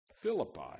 Philippi